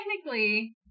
technically